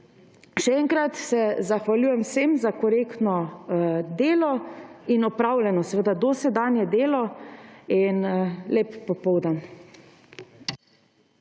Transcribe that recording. Še enkrat se zahvaljujem vsem za korektno delo in opravljeno seveda dosedanje delo in lep popoldan.